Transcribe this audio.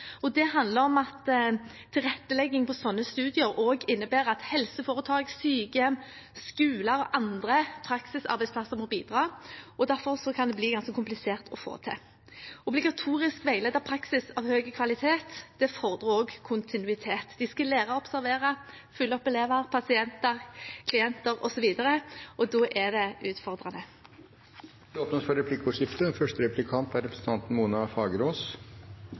praksis. Det handler om at tilrettelegging av slike studier også innebærer at helseforetak, sykehjem, skoler og andre praksisarbeidsplasser må bidra, og dermed kan det bli ganske komplisert å få til. Obligatorisk veiledet praksis av høy kvalitet fordrer også kontinuitet. Studentene skal lære å observere og følge opp elever, pasienter, klienter, osv., og da er det utfordrende. Det blir replikkordskifte. I statsbudsjettet for